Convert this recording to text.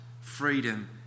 freedom